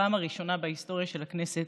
בפעם הראשונה בהיסטוריה של הכנסת,